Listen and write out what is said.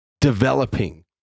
developing